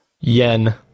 yen